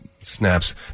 snaps